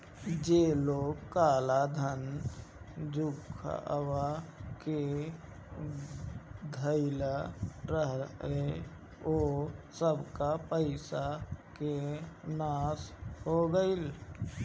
जे लोग काला धन लुकुआ के धइले रहे उ सबके पईसा के नाश हो गईल